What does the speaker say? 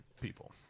people